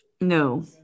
No